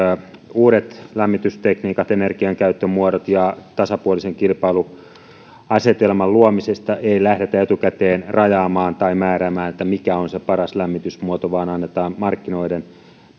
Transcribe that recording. uudet lämmitystekniikat energiankäyttömuodot ja tasapuolisen kilpailuasetelman luomisesta ei lähdetä etukäteen rajaamaan tai määräämään että mikä on se paras lämmitysmuoto vaan annetaan markkinoiden